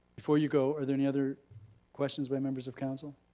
before you go, are there any other questions by members of council?